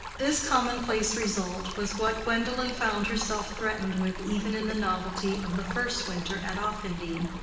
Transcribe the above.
this commonplace result was what gwendolen found herself threatened with even in the novelty of the first winter at offendene.